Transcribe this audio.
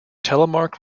telemark